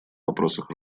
вопросах